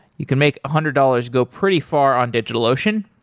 you can make a hundred dollars go pretty far on digitalocean.